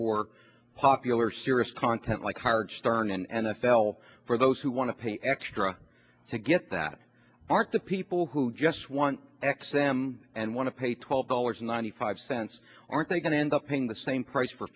for popular sirius content like hard stern and i fell for those who want to pay extra to get that aren't the people who just want x m and want to pay twelve dollars ninety five cents aren't they going to end up paying the same price for